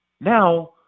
now